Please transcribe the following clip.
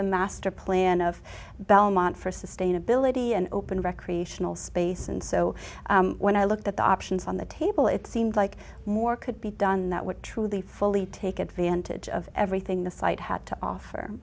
the masterplan of belmont for sustainability and open recreational space and so when i looked at the options on the table it seemed like more could be done that would truly fully take advantage of everything the site had to offer